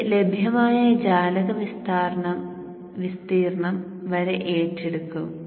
ഇത് ലഭ്യമായ ജാലക വിസ്തീർണ്ണം വരെ ഏറ്റെടുക്കും